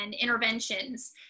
interventions